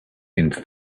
into